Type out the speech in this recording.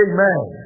Amen